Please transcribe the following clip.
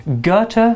Goethe